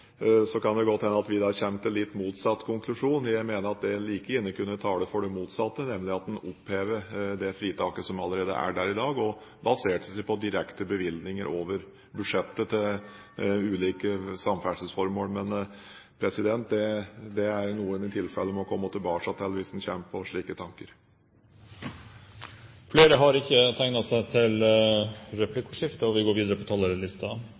Så kan det godt hende at vi da kommer til litt motsatt konklusjon. Jeg mener at det like gjerne kunne tale for det motsatte, nemlig at en opphever det fritaket som allerede er der i dag, og baserer seg på direkte bevilgninger over budsjettet til ulike samferdselsformål. Men det er noe en i tilfelle må komme tilbake til hvis en kommer på slike tanker. Replikkordskiftet er omme. De talere som heretter får ordet, har en taletid på